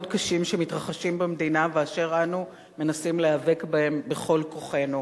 קשים שמתרחשים במדינה ואשר אנו מנסים להיאבק בהם בכל כוחנו.